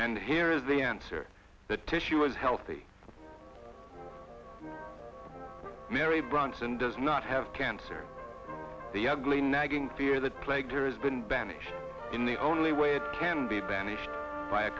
and here is the answer the tissue was healthy mary bronson does not have cancer the ugly nagging fear that plague has been banished in the only way it can be banished by a